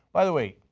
by the way,